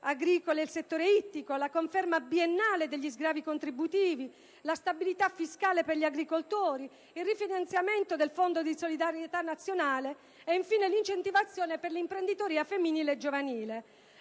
agricole e il settore ittico, alla conferma biennale degli sgravi contributivi, alla stabilità fiscale per gli agricoltori, al rifinanziamento del fondo di solidarietà nazionale e, infine, all'incentivazione per l'imprenditoria femminile e giovanile.